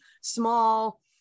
small